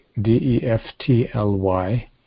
D-E-F-T-L-Y